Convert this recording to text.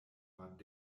war